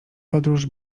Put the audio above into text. podróż